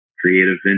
creative